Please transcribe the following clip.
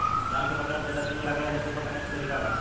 धान के पकने में केतना दिन लागेला जल्दी पकाने के तरीका बा?